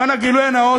למען הגילוי הנאות,